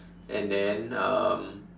and then um